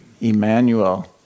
Emmanuel